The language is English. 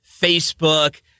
Facebook